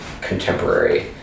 contemporary